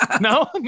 No